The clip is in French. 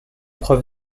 preuve